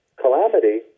calamity